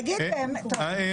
צוהריים טובים,